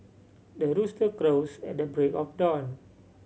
the rooster crows at the break of dawn